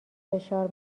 فشار